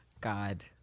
God